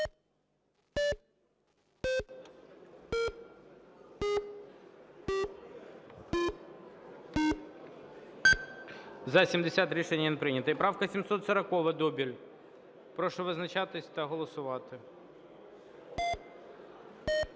За-70 Рішення не прийнято. Правка 740-а, Дубіль. Прошу визначатись та голосувати.